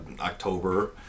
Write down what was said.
october